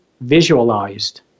visualized